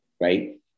right